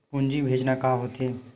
पूंजी भेजना का होथे?